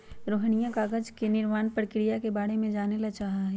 रोहिणीया कागज निर्माण प्रक्रिया के बारे में जाने ला चाहा हई